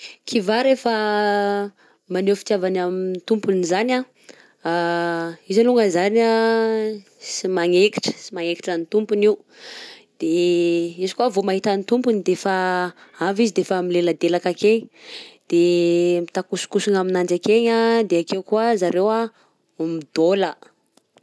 Kiva rehefa maneho fitiavany amin'ny tompony zany, izy alongany zany a sy magnekitra sy magnekitra ny tompony io, de izy koà vao mahita ny tompony de efa avy izy de efa mileladelaka akegny, de mitakosikosigna aminanjy akegny a, de akeo koà zareo an midaola.